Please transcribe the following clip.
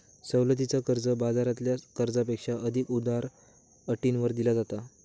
सवलतीचा कर्ज, बाजारातल्या कर्जापेक्षा अधिक उदार अटींवर दिला जाता